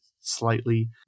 slightly